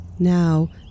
Now